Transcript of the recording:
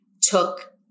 took